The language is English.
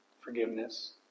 Forgiveness